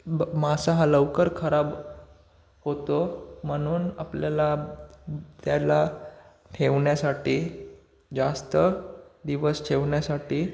ब मासा हा लवकर खराब होतो म्हणून आपल्याला त्याला ठेवण्यासाठी जास्त दिवस ठेवण्यासाठी